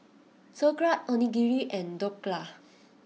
Sauerkraut Onigiri and Dhokla